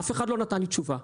אף אחד לא נתן לי תשובה.